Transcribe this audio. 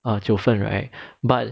err 九分 right but